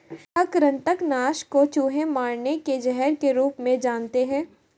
क्या कृतंक नाशक को चूहे मारने के जहर के रूप में जानते हैं?